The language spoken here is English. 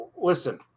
Listen